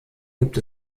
gibt